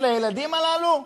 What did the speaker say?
של הילדים הללו?